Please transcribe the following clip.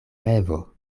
revo